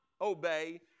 obey